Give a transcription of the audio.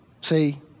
See